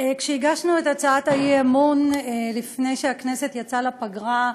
כשהגשנו את הצעת האי-אמון לפני שהכנסת יצאה לפגרה,